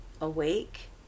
awake